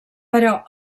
però